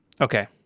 Okay